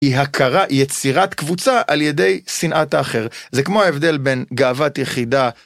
היא הכרה יצירת קבוצה על ידי שנאת האחר זה כמו ההבדל בין גאוות יחידה.